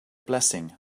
blessing